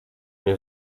nie